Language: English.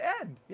end